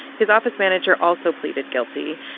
his office manager also pleaded guilty.